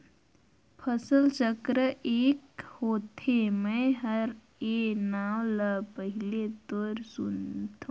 फसल चक्र ए क होथे? मै हर ए नांव ल पहिले तोर सुनथों